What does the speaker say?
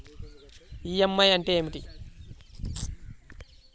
EMI అంటే ఏమిటి?